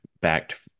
backed